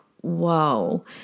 whoa